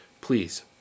Please